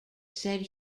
said